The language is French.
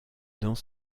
dans